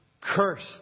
Cursed